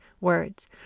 words